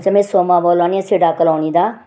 अच्छा में सोमा बोल्ला नी आं सिड़ कलोनी दा